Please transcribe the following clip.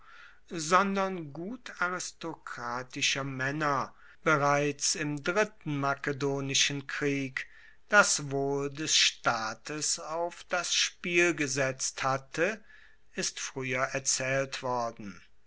sondern gut aristokratischer maenner bereits im dritten makedonischen krieg das wohl des staates auf das spiel gesetzt hatte ist frueher erzaehlt worden